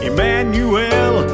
Emmanuel